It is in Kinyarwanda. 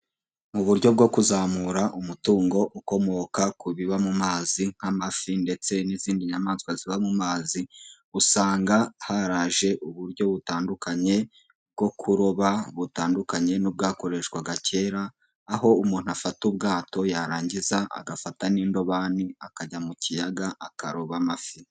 Mu buryo bwo kuzamura umutungo ukomoka ku biba mu mazi nk'amafi ndetse n'izindi nyamaswa ziba mu mazi, usanga haraje uburyo butandukanye bwo kuroba butandukanye n'ubwakoreshwaga kera, aho umuntu afata ubwato yarangiza agafata n'indobani akajya mu kiyaga akaroba amafi.